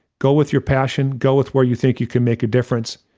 go with your passion, go with where you think you can make a difference.